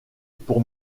pour